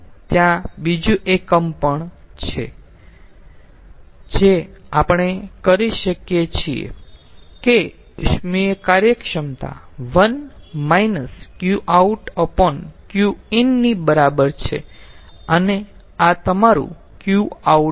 પરંતુ ત્યાં બીજું એકમ પણ છે જે આપણે કરી શકીએ છીએ કે ઉષ્મીય કાર્યક્ષમતા 1 QoutQin ની બરાબર છે અને આ તમારું Qout છે